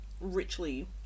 richly